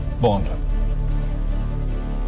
Bond